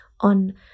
on